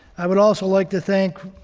i would also like to thank